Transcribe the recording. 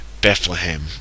Bethlehem